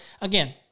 again